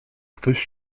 ktoś